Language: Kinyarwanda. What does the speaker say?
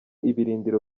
ibirindiro